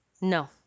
No